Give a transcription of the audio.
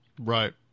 Right